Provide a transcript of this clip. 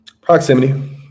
Proximity